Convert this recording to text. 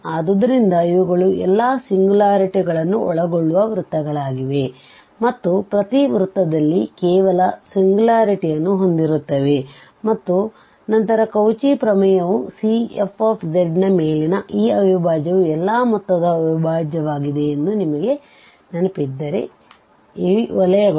ಆದ್ದರಿಂದ ಇವುಗಳು ಈ ಎಲ್ಲ ಸಿಂಗ್ಯುಲಾರಿಟಿಗಳನ್ನು ಒಳಗೊಳ್ಳುವ ವೃತ್ತಗಳಾಗಿವೆ ಮತ್ತು ಪ್ರತಿ ವೃತ್ತದಲ್ಲಿ ಕೇವಲ ಸಿಂಗ್ಯುಲಾರಿಟಿಯನ್ನು ಹೊಂದಿರುತ್ತವೆ ಮತ್ತು ನಂತರ ಕೌಚಿ ಪ್ರಮೇಯವು C f ನ ಮೇಲಿನ ಈ ಅವಿಭಾಜ್ಯವು ಎಲ್ಲಾ ಮೊತ್ತದ ಅವಿಭಾಜ್ಯವಾಗಿದೆ ಎಂದು ನಿಮಗೆ ನೆನಪಿದ್ದರೆ ಈ ವಲಯಗಳು